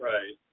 Right